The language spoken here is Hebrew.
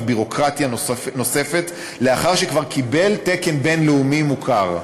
ביורוקרטיה נוספת לאחר שכבר קיבל תקן בין-לאומי מוכר.